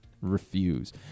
Refuse